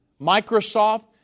Microsoft